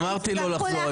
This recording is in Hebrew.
אמרתי לו לחזור.